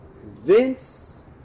Vince